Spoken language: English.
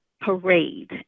parade